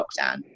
lockdown